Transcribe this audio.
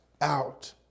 out